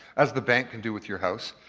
as the bank can do with your house.